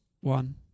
one